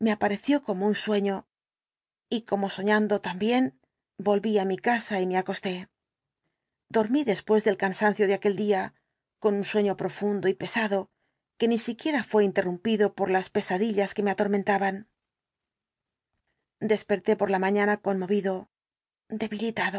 apareció como un sueño y como soñando también volví á mi casa y me acosté dormí después del cansancio de aquel día con un sueño profundo y pesado que ni siquiera fué interrumpido por las pesadillas que me atormentaban desperté por la mañana conmovido debilitado